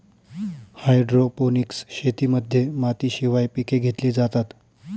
hydroponics शेतीमध्ये मातीशिवाय पिके घेतली जातात